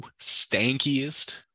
stankiest